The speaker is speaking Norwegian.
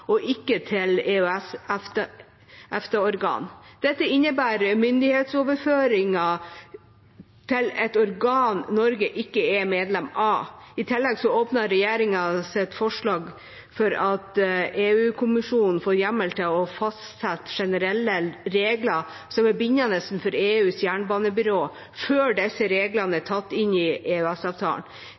og ikke til EØS/EFTA-organ. Dette innebærer myndighetsoverføring til et organ Norge ikke er medlem av. I tillegg åpner regjeringas forslag for at EU-kommisjonen får hjemmel til å fastsette generelle regler som er bindende for EUs jernbanebyrå, før disse reglene er tatt inn i